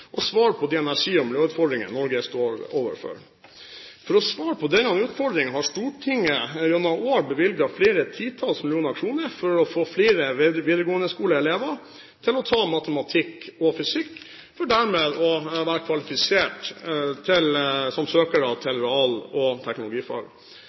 og svare på de energi- og miljøutfordringene Norge står overfor. For å svare på denne utfordringen har Stortinget gjennom år bevilget flere titalls millioner kroner for å få flere elever i videregående skole til å ta matematikk og fysikk, for dermed å være kvalifisert som søkere